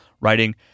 writing